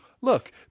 look